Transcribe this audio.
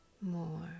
more